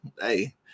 hey